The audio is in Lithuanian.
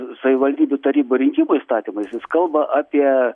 savivaldybių tarybų rinkimų įstatymas jis kalba apie